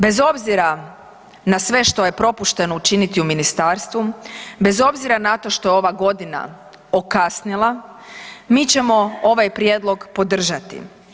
Bez obzira na što je propušteno učiniti u ministarstvu, bez obzira na to što je ova godina okasnila mi ćemo ovaj prijedlog podržati.